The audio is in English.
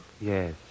yes